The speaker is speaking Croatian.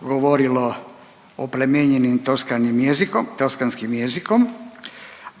govorilo oplemenjenim toskanim jezikom, toskanskim jezikom,